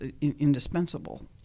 indispensable